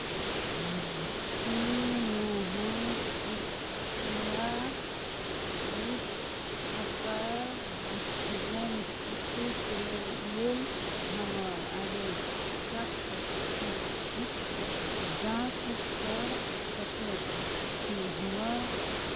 की अहाँ कृपया कूव्सपर जम्पसूट लेल लेल हमर आदेशक स्थितिक जाँच कर सकैत छी हमर